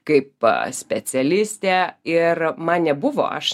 kaip specialistė ir man nebuvo aš